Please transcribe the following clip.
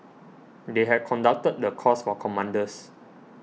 they had conducted the course for commanders